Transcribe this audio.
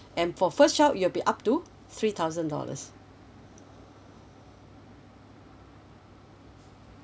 and for first child it'll be up to three thousand dollars